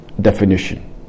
definition